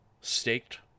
Staked